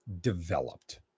developed